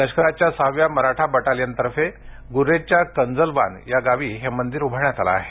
लष्कराच्या सहाव्या मराठा बटालियनतर्फे गुर्रेजच्या कजलवान या गावी हे मंदिर उभारण्यात आलं आहे